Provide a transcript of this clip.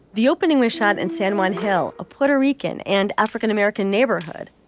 the opening was shot in san juan hill, a puerto rican and african-american neighborhood.